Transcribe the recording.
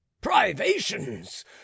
privations